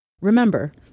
Remember